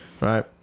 right